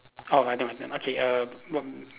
orh my turn okay err what